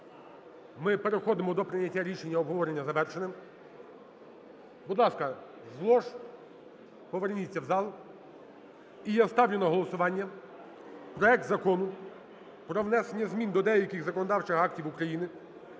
Ми переходимо до прийняття рішення, обговорення завершене. Будь ласка, з лож поверніться в зал. І я ставлю на голосування проект Закону про внесення змін до деяких законодавчих актів України